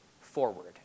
forward